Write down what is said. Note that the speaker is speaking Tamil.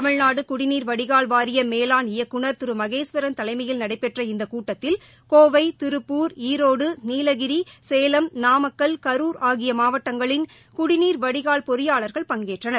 தமிழ்நாடு குடிநீர் வடிகால் வாரிய மேலாண் இயக்குநர் திரு மகேஸ்வரன் தலைமையில் நடைபெற்ற இந்த கூட்டத்தில் கோவை திருப்பூர் ஈரோடு நீலகிரி சேலம் நாமக்கல் கரூர் ஆகிய மாவட்டங்களின் குடிநீர் வடிகால் பொறியாளர்கள் பங்கேற்றனர்